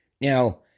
Now